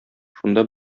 шунда